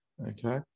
Okay